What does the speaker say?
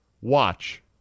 watch